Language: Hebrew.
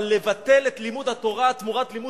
אבל לבטל את לימוד התורה תמורת לימוד